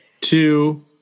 two